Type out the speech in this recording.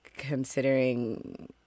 considering